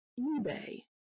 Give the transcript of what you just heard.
ebay